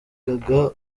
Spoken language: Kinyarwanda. gaga